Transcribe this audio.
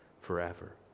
forever